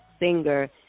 Singer